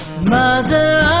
Mother